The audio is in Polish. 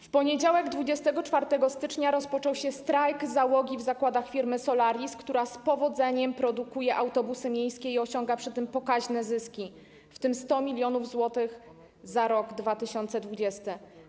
W poniedziałek 24 stycznia rozpoczął się strajk załogi w zakładach firmy Solaris, która z powodzeniem produkuje autobusy miejskie i osiąga przy tym pokaźne zyski, w tym 100 mln zł za rok 2020.